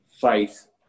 faith